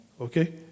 Okay